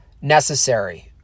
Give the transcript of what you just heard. necessary